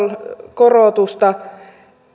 korotusta